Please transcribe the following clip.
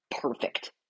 perfect